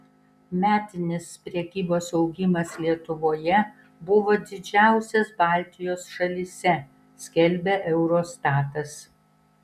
metinis prekybos augimas lietuvoje buvo didžiausias baltijos šalyse skelbia eurostatas